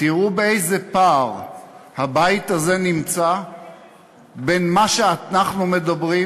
תראו באיזה פער הבית הזה נמצא בין מה שאנחנו מדברים,